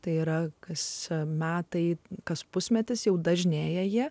tai yra kas metai kas pusmetis jau dažnėja